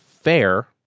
fair